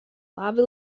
labi